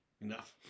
enough